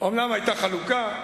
אומנם היתה חלוקה,